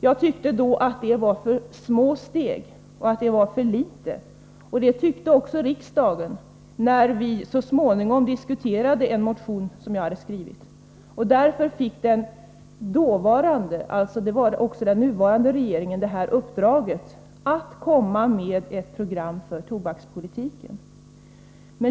Jag tyckte då att detta var för små steg och att man gjorde för litet, och det tyckte också riksdagen när vi så småningom diskuterade en motion som jag hade skrivit. Därför hade dåvarande — alltså den nuvarande — regeringen uppdraget att komma med ett program för tobakspolitiken.